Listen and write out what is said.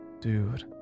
dude